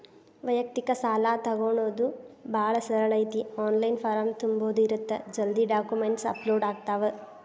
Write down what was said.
ವ್ಯಯಕ್ತಿಕ ಸಾಲಾ ತೊಗೋಣೊದ ಭಾಳ ಸರಳ ಐತಿ ಆನ್ಲೈನ್ ಫಾರಂ ತುಂಬುದ ಇರತ್ತ ಜಲ್ದಿ ಡಾಕ್ಯುಮೆಂಟ್ಸ್ ಅಪ್ಲೋಡ್ ಆಗ್ತಾವ